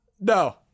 No